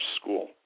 school